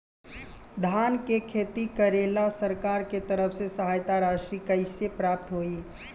धान के खेती करेला सरकार के तरफ से सहायता राशि कइसे प्राप्त होइ?